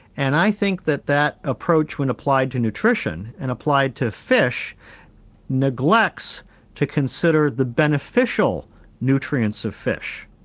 and i think that that approach when applied to nutrition and applied to fish neglects to consider the beneficial nutrients of fish.